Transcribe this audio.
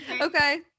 Okay